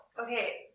Okay